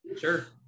Sure